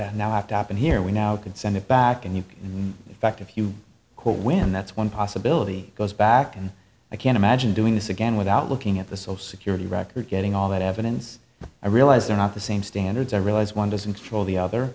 at now after happened here we now can send it back and you back if you call when that's one possibility goes back and i can't imagine doing this again without looking at the so security record getting all that evidence but i realize they're not the same standards i realize one doesn't control the other